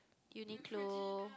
Uniqlo